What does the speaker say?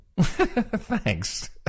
Thanks